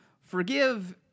forgive